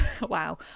Wow